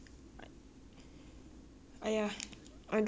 I don't swim anyway now cause my skin very dry lah